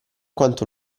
quanto